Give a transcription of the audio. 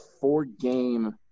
four-game